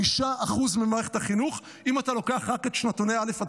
5% ממערכת החינוך אם אתה לוקח רק את שנתוני א' ח',